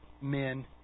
men